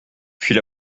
puis